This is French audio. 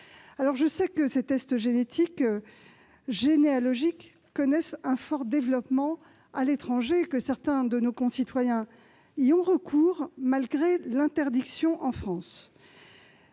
Je sais que ces tests génétiques, généalogiques, connaissent un fort développement à l'étranger et que certains de nos concitoyens y ont recours, malgré leur interdiction en France.